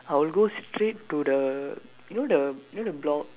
I would go straight to the you know the you know the block